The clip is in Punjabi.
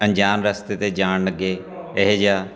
ਅਣਜਾਣ ਰਸਤੇ 'ਤੇ ਜਾਣ ਲੱਗੇ ਇਹੋ ਜਿਹਾ